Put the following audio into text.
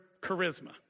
charisma